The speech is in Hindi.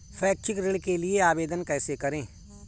शैक्षिक ऋण के लिए आवेदन कैसे करें?